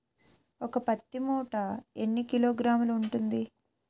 ఒక పత్తి మూట ఎన్ని కిలోగ్రాములు ఉంటుంది?